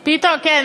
כן,